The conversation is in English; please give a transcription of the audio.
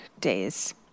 days